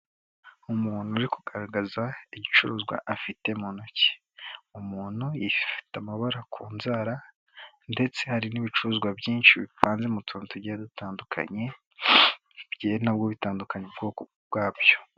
Umuntu uri kugaragaza ibicuruzwa afite mu ntoki umuntu yifite amabara ku nzara ndetse hari n'ibicuruzwa byinshi bivanze mu tuntu tugiye dutandukanye bigiye na bwo bitandukanye ubwoko bwabyo.